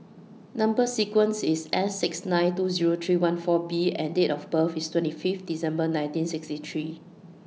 Number sequence IS S six nine two Zero three one four B and Date of birth IS twenty Fifth December nineteen sixty three